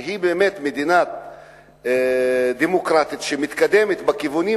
שהיא באמת מדינה דמוקרטית שמתקדמת בכיוונים